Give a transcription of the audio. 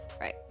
right